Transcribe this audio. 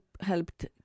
helped